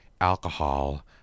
alcohol